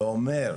ואומר,